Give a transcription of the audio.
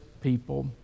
people